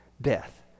death